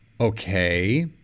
Okay